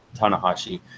Tanahashi